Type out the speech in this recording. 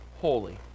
holy